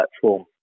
platform